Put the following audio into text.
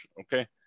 okay